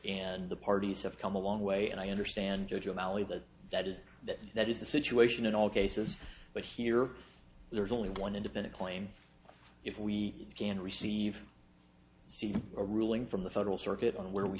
and the parties have come a long way and i understand judge of ali that that is that that is the situation in all cases but here there is only one independent claim if we can receive see a ruling from the federal circuit on where we